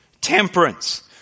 temperance